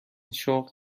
شغل